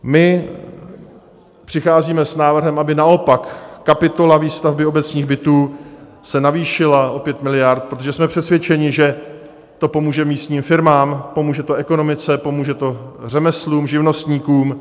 My přicházíme s návrhem, aby naopak kapitola výstavby obecních bytů se navýšila o 5 miliard, protože jsme přesvědčeni, že to pomůže místním firmám, pomůže to ekonomice, pomůže to řemeslům, živnostníkům.